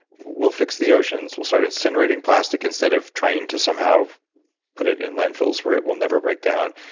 we'll fix the oceans. we'll start incinerating plastic instead of trying to somehow put it in landfills where it will never break down.